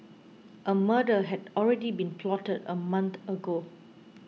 a murder had already been plotted a month ago